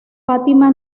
fátima